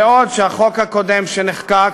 בעוד החוק הקודם שנחקק